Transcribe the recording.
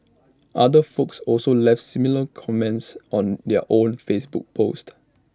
other folks also left similar comments on their own Facebook post